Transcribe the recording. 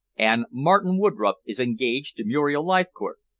and martin woodroffe is engaged to muriel leithcourt.